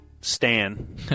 Stan